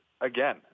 again